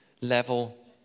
level